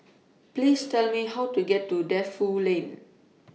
Please Tell Me How to get to Defu Lane